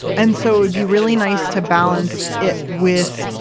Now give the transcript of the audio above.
and so it would be really nice to balance it with,